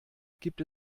gibt